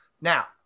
now